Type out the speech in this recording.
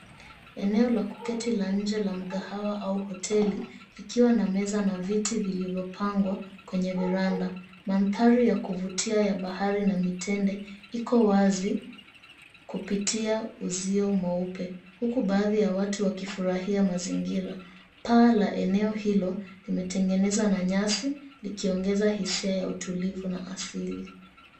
Eneo la kuketi na nje la mgahawa au hoteli ikiwa na meza na vyeti vilivyopangwa kwenye viwanda. Mandhari ya kuvutia ya bahari na mitende iko wazi kupitia uzio mweupe. Huku baadhi ya watu wakifurahia mazingira. Paa la eneo hilo limetengenezwa na nyasi likiongeza hisia ya utulivu na asili.